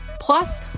Plus